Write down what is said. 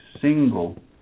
single